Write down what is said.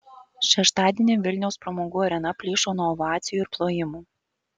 šeštadienį vilniaus pramogų arena plyšo nuo ovacijų ir plojimų